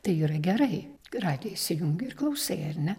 tai yra gerai radiją įsijungi ir klausai ar ne